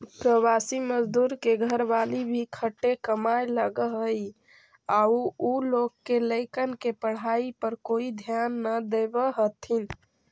प्रवासी मजदूर के घरवाली भी खटे कमाए लगऽ हई आउ उ लोग के लइकन के पढ़ाई पर कोई ध्याने न देवऽ हथिन